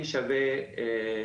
במצב הזה בעצם אין פרצלציה,